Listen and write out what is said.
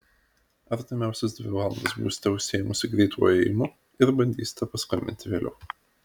artimiausias dvi valandas būsite užsiėmusi greituoju ėjimu ir bandysite paskambinti vėliau